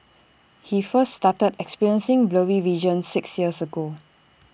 he first started experiencing blurry vision six years ago